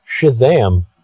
Shazam